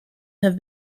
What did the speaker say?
have